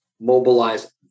mobilize